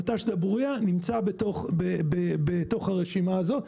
מט"ש דבורייה נמצא בתוך הרשימה הזו.